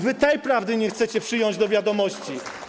Wy tej prawdy nie chcecie przyjąć do wiadomości.